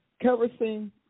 kerosene